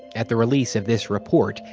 at the release of this report,